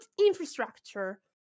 infrastructure